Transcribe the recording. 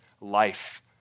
life